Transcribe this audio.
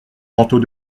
manteau